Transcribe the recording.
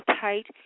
tight